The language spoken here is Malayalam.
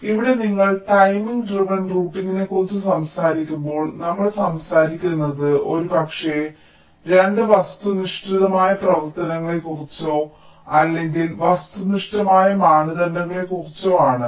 അതിനാൽ ഇവിടെ നിങ്ങൾ ടൈമിംഗ് ഡ്രെവൻ റൂട്ടിംഗിനെക്കുറിച്ച് സംസാരിക്കുമ്പോൾ നമ്മൾ സംസാരിക്കുന്നത് ഒരുപക്ഷേ 2 വസ്തുനിഷ്ഠമായ പ്രവർത്തനങ്ങളെക്കുറിച്ചോ അല്ലെങ്കിൽ വസ്തുനിഷ്ഠമായ മാനദണ്ഡങ്ങളെക്കുറിച്ചോ ആണ്